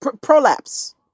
prolapse